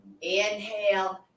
inhale